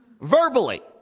verbally